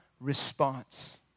response